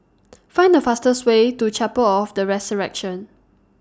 Find The fastest Way to Chapel of The Resurrection